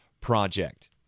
project